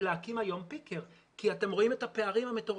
להקים היום פיקר כי אתם רואים את הפערים המטורפים.